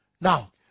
Now